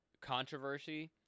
controversy